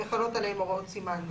וחלות עליהם הוראות סימן זה.